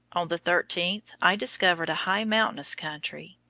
on the thirteenth i discovered a high mountainous country.